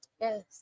yes